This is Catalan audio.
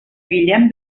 guillem